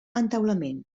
entaulament